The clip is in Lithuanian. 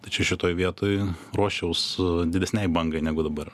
tai čia šitoj vietoj ruoščiaus didesnei bangai negu dabar